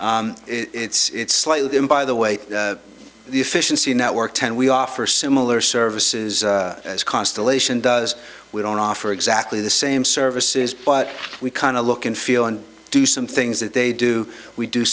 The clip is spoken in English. well it's slightly them by the way the efficiency network ten we offer similar services as constellation does we don't offer exactly the same services but we kind of look and feel and do some things that they do we do